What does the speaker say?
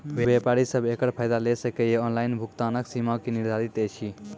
व्यापारी सब एकरऽ फायदा ले सकै ये? ऑनलाइन भुगतानक सीमा की निर्धारित ऐछि?